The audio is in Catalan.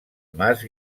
mas